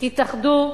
תתאחדו,